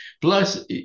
plus